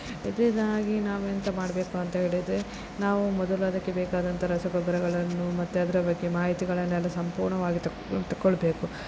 ಇದರಿಂದಾಗಿ ನಾವು ಎಂಥ ಮಾಡಬೇಕು ಅಂತ ಹೇಳಿದರೆ ನಾವು ಮೊದಲು ಅದಕ್ಕೆ ಬೇಕಾದಂಥ ರಸಗೊಬ್ಬರಗಳನ್ನು ಮತ್ತು ಅದರ ಬಗ್ಗೆ ಮಾಹಿತಿಗಳನ್ನೆಲ್ಲ ಸಂಪೂರ್ಣವಾಗಿ ತಕೋ ತಕೊಳ್ಬೇಕು